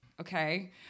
okay